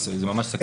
זו ממש סכנה.